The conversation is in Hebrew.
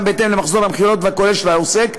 בהתאם למחזור המכירות הכולל של העוסק,